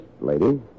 lady